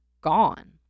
gone